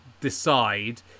decide